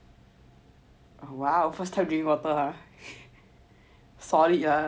!wow! first time drinking water solid ah